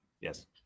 Yes